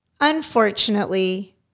Unfortunately